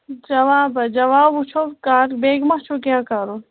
جوابہ جواب وٕچھو کر بیٚیہِ ما چھُو کینٛہہ کَرُن